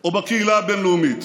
או בקהילה הבין-לאומית